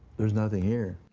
there's nothing here.